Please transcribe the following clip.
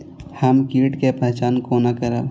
हम कीट के पहचान कोना करब?